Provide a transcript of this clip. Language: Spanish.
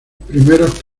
primeros